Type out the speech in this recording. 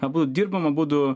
abu dirbam abudu